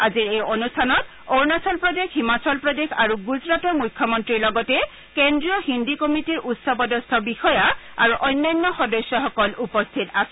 আজিৰ এই অনুষ্ঠানত অৰুণাচল প্ৰদেশ হিমাচল প্ৰদেশ আৰু গুজৰাটৰ মুখ্য মন্ত্ৰীৰ লগতে কেন্দ্ৰীয় হিন্দী কমিটিৰ উচ্চপদস্থ বিষয়া আৰু অন্যান্য সদস্যসকল উপস্থিত আছিল